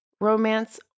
romance